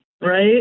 right